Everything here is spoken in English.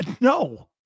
No